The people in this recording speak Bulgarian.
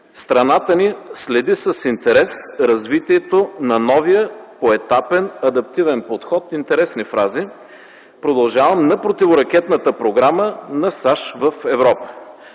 „Страната ни следи с интерес развитието на новия поетапен, адаптивен подход – интересни фрази - продължавам – на противоракетната програма на САЩ в Европа”.